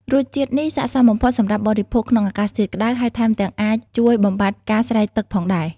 រសជាតិនេះស័ក្តិសមបំផុតសម្រាប់បរិភោគក្នុងអាកាសធាតុក្ដៅ ហើយថែមទាំងអាចជួយបំបាត់ការស្រេកទឹកផងដែរ។